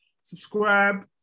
subscribe